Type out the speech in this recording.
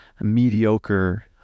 mediocre